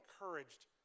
encouraged